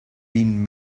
been